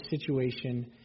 situation